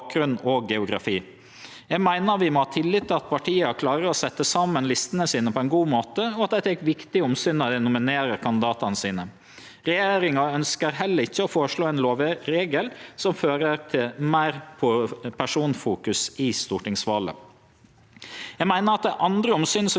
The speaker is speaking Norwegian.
Regjeringa ønskjer heller ikkje å føreslå ein lovregel som fører til meir personfokus i stortingsvalet. Eg meiner at det er andre omsyn som gjeld i lokalpolitikken. Nærleik til veljarane, lokale spørsmål og tradisjon med tverrpolitisk samarbeid gjer at det er viktig at veljarane ved kommunestyre-